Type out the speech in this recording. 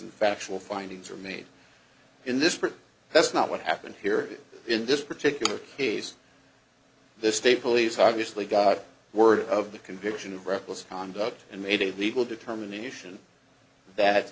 factual findings are made in this part that's not what happened here in this particular case the state police obviously got word of the conviction of reckless conduct and made a legal determination that